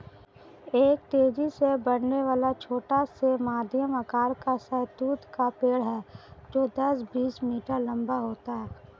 एक तेजी से बढ़ने वाला, छोटा से मध्यम आकार का शहतूत का पेड़ है जो दस, बीस मीटर लंबा होता है